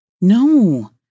no